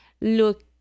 look